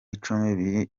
icumi